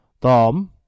Tom